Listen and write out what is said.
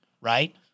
right